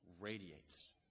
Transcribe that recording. radiates